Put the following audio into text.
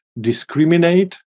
discriminate